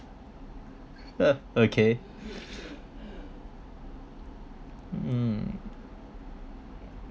uh okay hmm